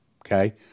okay